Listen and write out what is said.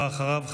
ואחריו,